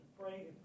pray